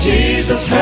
Jesus